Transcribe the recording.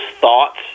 thoughts